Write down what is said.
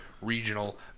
regional